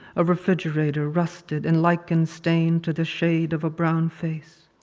a refrigerator rusted and lichen stained to the shade of a brown face.